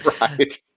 Right